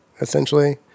essentially